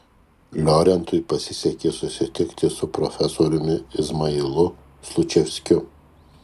liorentui pasisekė susitikti su profesoriumi izmailu slučevskiu